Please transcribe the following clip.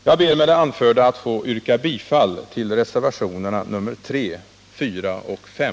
Jag ber med det anförda att få yrka bifall till reservationerna 3, 4 och 5.